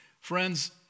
Friends